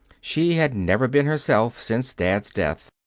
she had never been herself since dad's death.